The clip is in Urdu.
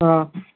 ہاں